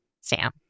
Sam